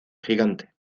gigante